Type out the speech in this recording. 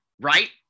right